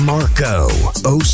Marco